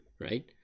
Right